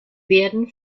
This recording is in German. werden